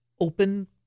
open